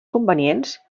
convenients